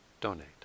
donate